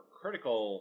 critical